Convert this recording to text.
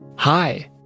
Hi